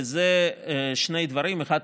וזה שני דברים: האחד,